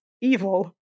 evil